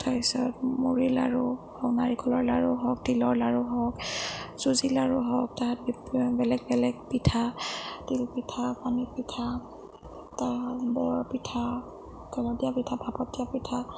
তাৰপিছত মুড়ি লাৰু নাৰিকলৰ লাৰু হওক তিলৰ লাৰু হওক চুজী লাৰু হওক তাৰ এতিয়া বেলেগ বেলেগ পিঠা তিল পিঠা পানী পিঠা বৰ পিঠা তেলত দিয়া পিঠা ভাঁপত দিয়া পিঠা